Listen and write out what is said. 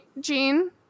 Jean